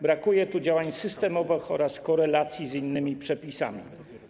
Brakuje tu działań systemowych oraz korelacji z innymi przepisami.